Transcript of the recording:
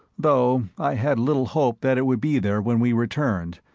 though i had little hope that it would be there when we returned,